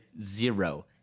zero